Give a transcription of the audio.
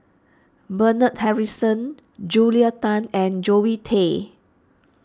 Bernard Harrison Julia Tan and Zoe Tay